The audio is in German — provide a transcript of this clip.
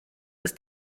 ist